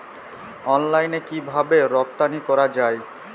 অনলাইনে কিভাবে রপ্তানি করা যায়?